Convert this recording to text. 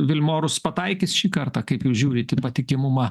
vilmorus pataikys šį kartą kaip jūs žiūrit į patikimumą